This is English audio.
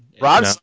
Rob